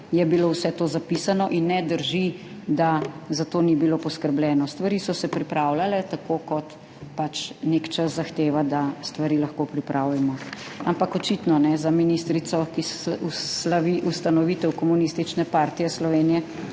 je bilo vse to zapisano in ne drži, da za to ni bilo poskrbljeno. Stvari so se pripravljale tako, kot pač nek čas zahteva, da stvari lahko pripravimo. Ampak, očitno, za ministrico, ki slavi ustanovitev Komunistične partije Slovenije,